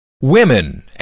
Women